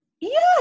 Yes